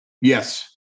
Yes